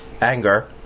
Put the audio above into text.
anger